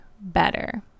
better